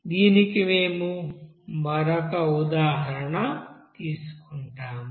దీనికి మేము మరొక ఉదాహరణ తీసుకుంటాము